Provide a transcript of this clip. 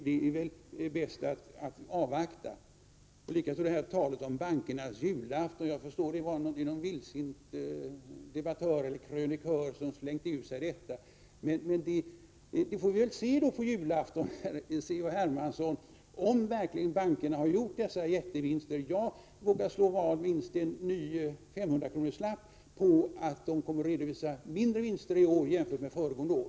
Det är väl bäst att avvakta. C.-H. Hermansson talade om bankernas julafton. Det var någon vildsint krönikör som slängde ur sig detta uttryck. Vi får väl se på julafton, om bankerna verkligen har gjort dessa jättevinster. Jag vågar slå vad om en ny femhundralapp att bankerna kommer att redovisa mindre vinster i år jämfört med föregående år.